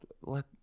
let